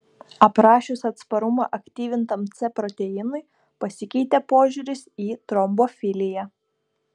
aprašius atsparumą aktyvintam c proteinui pasikeitė požiūris į trombofiliją